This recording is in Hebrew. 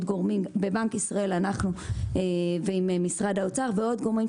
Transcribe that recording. גורמים בבנק ישראל ועם משרד האוצר ועוד גורמים,